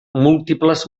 múltiples